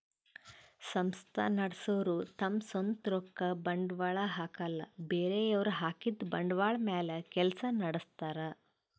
ಸಂಸ್ಥಾ ನಡಸೋರು ತಮ್ ಸ್ವಂತ್ ರೊಕ್ಕ ಬಂಡ್ವಾಳ್ ಹಾಕಲ್ಲ ಬೇರೆಯವ್ರ್ ಹಾಕಿದ್ದ ಬಂಡ್ವಾಳ್ ಮ್ಯಾಲ್ ಕೆಲ್ಸ ನಡಸ್ತಾರ್